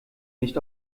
nicht